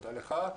תודה לך,